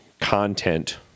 content